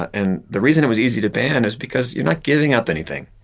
and the reason it was easy to ban is because you're not giving up anything,